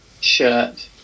shirt